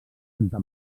santa